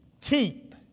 keep